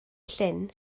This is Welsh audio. llyn